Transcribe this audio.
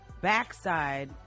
backside